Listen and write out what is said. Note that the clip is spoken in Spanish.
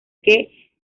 que